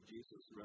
Jesus